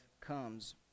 comes